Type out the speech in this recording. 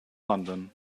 london